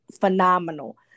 phenomenal